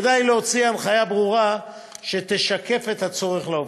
כדאי להוציא הנחיה ברורה שתשקף את הצורך לעובדים.